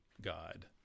god